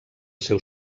seu